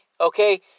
Okay